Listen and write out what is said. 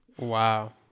Wow